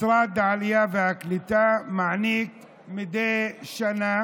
משרד העלייה והקליטה מעניק מדי שנה